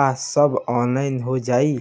आ सब ऑनलाइन हो जाई?